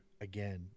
again